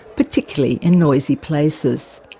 particularly in noisy places.